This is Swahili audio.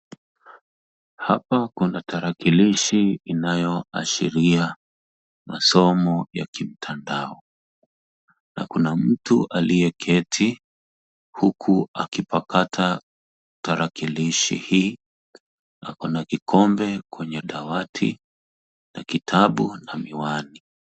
Hapa kuna tarakilishi inayoashiria masomo ya kimtandao na kuna mtu aliyeketi huku akipakata tarakilishi hii akona kikombe kwenye dawati na kitabu na miwani.